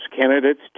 candidates